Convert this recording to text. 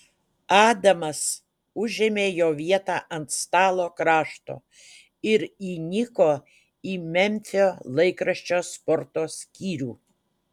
adamas užėmė jo vietą ant stalo krašto ir įniko į memfio laikraščio sporto skyrių